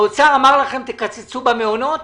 האוצר אמר לכם תקצצו במעונות